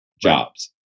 jobs